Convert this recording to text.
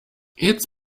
its